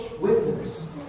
witness